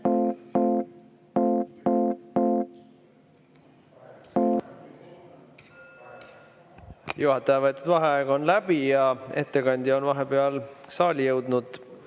Juhataja võetud vaheaeg on läbi ja ettekandja on vahepeal saali jõudnud.